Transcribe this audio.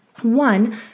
one